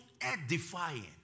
edifying